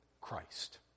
Christ